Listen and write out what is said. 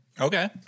Okay